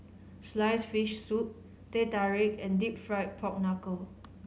sliced fish soup Teh Tarik and Deep Fried Pork Knuckle